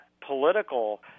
political